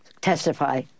testify